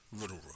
little